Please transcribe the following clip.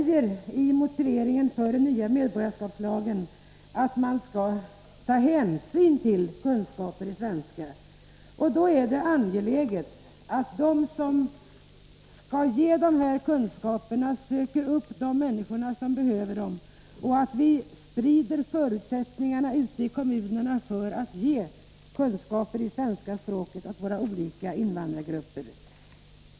Men i motiveringen för den nya medborgarskap medborgarskapslagen sägs att man skall ta hänsyn till kunskaper i svenska språket. Då är det angeläget att de som skall ge dessa kunskaper söker upp de människor som behöver dem och att vi sprider förutsättningarna ute i kommunerna att ge kunskaper i svenska språket åt våra olika invandrargrupper.